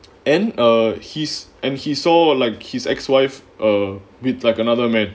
and uh he's and he saw like his ex wife or with like another man